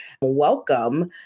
welcome